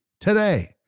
today